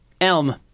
Elm